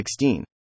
16